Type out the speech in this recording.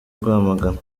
rwamagana